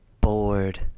bored